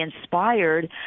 inspired